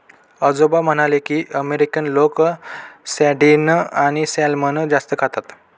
आजोबा म्हणाले की, अमेरिकन लोक सार्डिन आणि सॅल्मन जास्त खातात